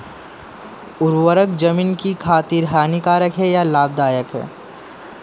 उर्वरक ज़मीन की खातिर हानिकारक है या लाभदायक है?